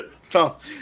stop